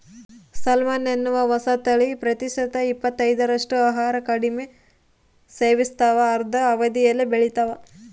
salmon ಎನ್ನುವ ಹೊಸತಳಿ ಪ್ರತಿಶತ ಇಪ್ಪತ್ತೈದರಷ್ಟು ಆಹಾರ ಕಡಿಮೆ ಸೇವಿಸ್ತಾವ ಅರ್ಧ ಅವಧಿಯಲ್ಲೇ ಬೆಳಿತಾವ